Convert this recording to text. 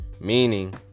Meaning